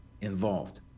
involved